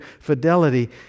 fidelity